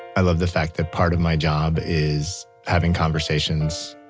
i love the fact that part of my job is having conversations,